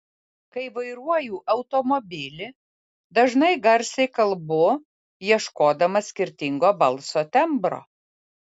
kai vairuoju automobilį dažnai garsiai kalbu ieškodama skirtingo balso tembro